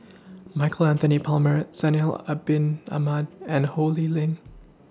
Michael Anthony Palmer Zainal Abidin Ahmad and Ho Lee Ling